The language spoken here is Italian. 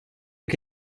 che